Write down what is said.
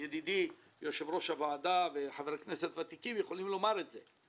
ידידי יושב-ראש הוועדה וחברי כנסת ותיקים יכולים לומר את זה,